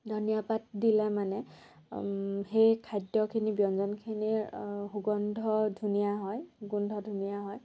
ধনীয়া পাত দিলে মানে সেই খাদ্যখিনি ব্যঞ্জনখিনিৰ সুগন্ধ ধুনীয়া হয় গোন্ধ ধুনীয়া হয়